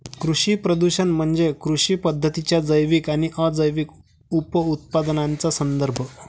कृषी प्रदूषण म्हणजे कृषी पद्धतींच्या जैविक आणि अजैविक उपउत्पादनांचा संदर्भ